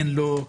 כן לא,